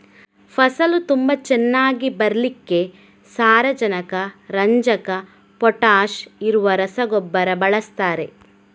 ಫಸಲು ತುಂಬಾ ಚೆನ್ನಾಗಿ ಬರ್ಲಿಕ್ಕೆ ಸಾರಜನಕ, ರಂಜಕ, ಪೊಟಾಷ್ ಇರುವ ರಸಗೊಬ್ಬರ ಬಳಸ್ತಾರೆ